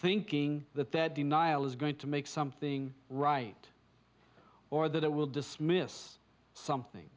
thinking that that denial is going to make something right or that it will dismiss something